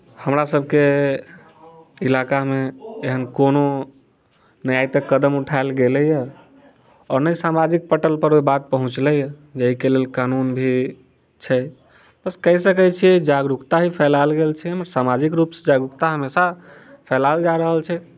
हमरासभके इलाकामे एहन कोनो नहि आइ तक कदम उठायल गेलैए आओर नहि सामाजिक पटलपर ओ बात पहुँचलैए जाहिके लेल कानून भी छै बस कहि सकैत छियै जागरूकता ही फैलायल गेल छै एहिमे सामाजिक रूपसँ जागरुकता हमेशा फैलाओल जा रहल छै